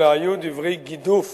אלא היו דברי גידוף